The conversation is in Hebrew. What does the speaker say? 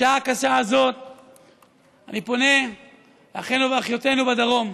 בשעה הקשה הזאת אני פונה לאחינו ואחיותינו בדרום: